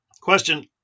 Question